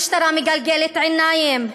המשטרה מגלגלת עיניים,